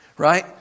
Right